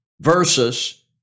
versus